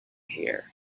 here